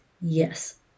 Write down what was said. yes